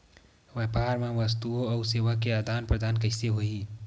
व्यापार मा वस्तुओ अउ सेवा के आदान प्रदान कइसे होही?